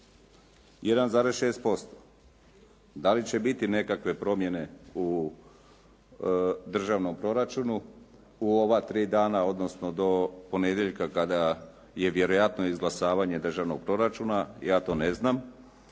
1,6%. Dali će biti nekakve promjene u državnom proračunu u ova tri dana, odnosno do ponedjeljka kada je vjerojatno izglasavanje državnog proračuna, ja to ne znam.